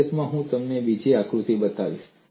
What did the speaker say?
હકીકતમાં હું તમને બીજી આકૃતિ બતાવીશ